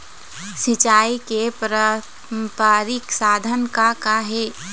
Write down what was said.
सिचाई के पारंपरिक साधन का का हे?